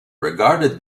regarded